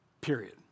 period